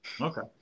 Okay